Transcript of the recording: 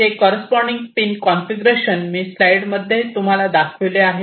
त्याचे corresponding pin configuration मी slide मध्ये तुम्हाला दाखविले आहे